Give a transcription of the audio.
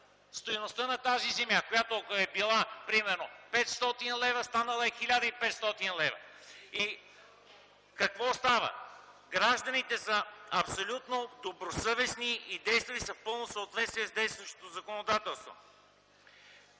стойността на тази земя, която, ако е била примерно 500 лв., е станала 1500 лв. Какво става? Гражданите са абсолютно добросъвестни и са действали в пълно съответствие с действащото законодателство.